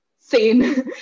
sane